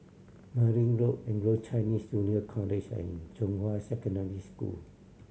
Merryn Road Anglo Chinese Junior College and Zhonghua Secondary School